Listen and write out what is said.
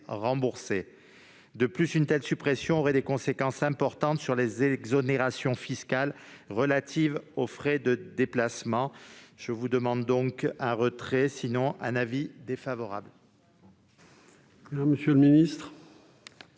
De plus, une telle suppression aurait des conséquences importantes sur les exonérations fiscales relatives aux frais de déplacement. Je vous demande donc de bien vouloir retirer